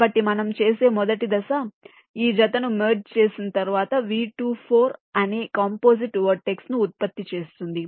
కాబట్టి మనం చేసే మొదటి దశ ఈ జతను మెర్జ్ చేసిన తరువాత V24 అనే కంపోసిట్ వెర్టెక్స్ ను ఉత్పత్తి చేస్తుంది